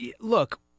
look